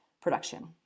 production